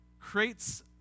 creates